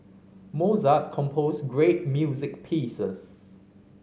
Mozart composed great music pieces